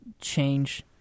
change